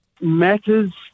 matters